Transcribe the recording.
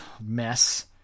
mess